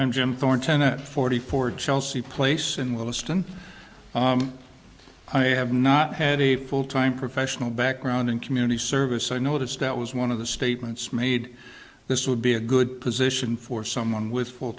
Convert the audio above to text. jim thornton at forty four chelsea place in williston i have not had a full time professional background in community service so i noticed that was one of the statements made this would be a good position for someone with four